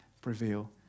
prevail